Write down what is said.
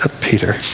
Peter